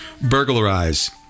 Burglarize